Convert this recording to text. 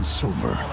silver